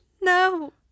No